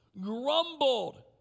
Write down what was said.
grumbled